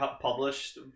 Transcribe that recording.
published